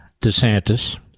DeSantis